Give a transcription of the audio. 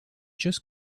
just